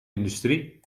industrie